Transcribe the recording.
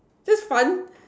this fun